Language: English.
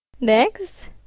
Next